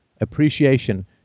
Appreciation